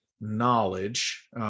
knowledge